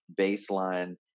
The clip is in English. baseline